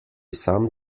sam